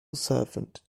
servant